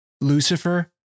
Lucifer